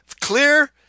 Clear